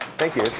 thank you.